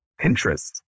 Pinterest